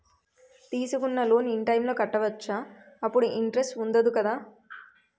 తీసుకున్న loan in time లో కట్టవచ్చ? అప్పుడు ఇంటరెస్ట్ వుందదు కదా?